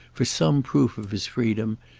for some proof of his freedom,